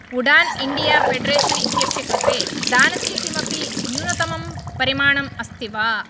Udaan India federation इत्यस्य कृते दानस्य किमपि न्यूनतमं परिमाणम् अस्ति वा